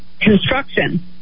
construction